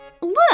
Look